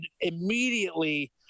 immediately